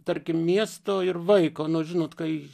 tarkim miesto ir vaiko nu žinot kai